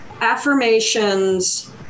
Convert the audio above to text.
affirmations